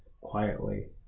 quietly